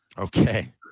Okay